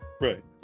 Right